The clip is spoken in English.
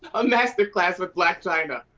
a master class with blac chyna,